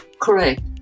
Correct